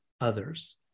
others